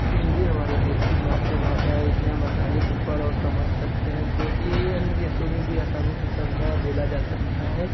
हिंदी हमारे देश की मातृभाषा है इसे हम आसानी से पढ़ और समझ सकते हैं जो कि ये अन्य देशों में भी आसानी से समझा या बोला जा सकता है